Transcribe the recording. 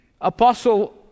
apostle